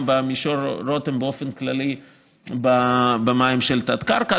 במישור רותם באופן כללי במים של התת-קרקע.